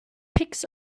picks